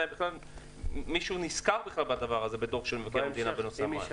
אם מישהו בכלל נזכר בדבר הזה בדוח של מבקר המדינה לגבי המים.